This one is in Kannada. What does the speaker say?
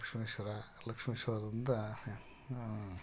ಲಕ್ಷ್ಮೇಶ್ವರ ಲಕ್ಷ್ಮೇಶ್ವರದಿಂದ